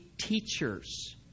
Teachers